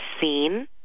seen